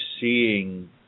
seeing